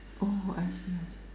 orh I see I see